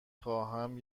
خواهم